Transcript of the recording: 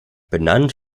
benannt